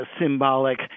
symbolic